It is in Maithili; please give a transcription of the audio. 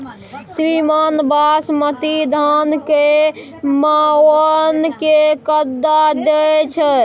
श्रीमान बासमती धान कैए मअन के कट्ठा दैय छैय?